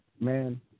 Man